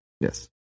Yes